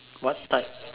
what type